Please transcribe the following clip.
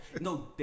No